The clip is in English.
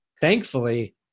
thankfully